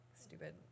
stupid